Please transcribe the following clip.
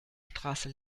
straße